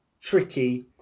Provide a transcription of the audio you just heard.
tricky